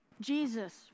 Jesus